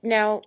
Now